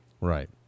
Right